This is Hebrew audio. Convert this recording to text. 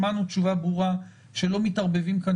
שמענו תשובה ברורה שלא מתערבבים כאן